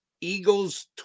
Eagles